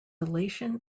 elation